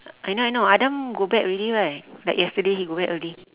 I know I know adam go back already right like yesterday he go back early